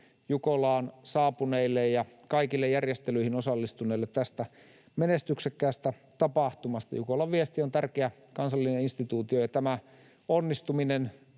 Jukolaan saapuneille ja kaikille järjestelyihin osallistuneille tästä menestyksekkäästä tapahtumasta. Jukolan viesti on tärkeä kansallinen instituutio, ja tämä onnistuminen